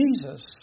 Jesus